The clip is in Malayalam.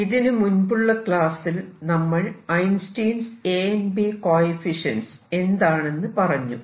ഇതിനു മുൻപുള്ള ക്ലാസ്സിൽ നമ്മൾ Einstein's A B coefficient Einstein's A and B coefficients എന്താണെന്ന് പറഞ്ഞു